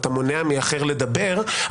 אתה מונע מאחר לדבר,